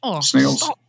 Snails